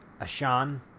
Ashan